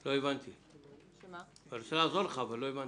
לא הבנתי, אני רוצה לעזור לך אבל לא הבנתי.